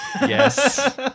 Yes